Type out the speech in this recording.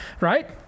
right